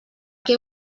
què